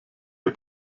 der